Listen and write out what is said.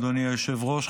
אדוני היושב-ראש,